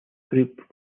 group